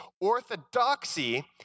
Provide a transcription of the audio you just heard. orthodoxy